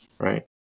right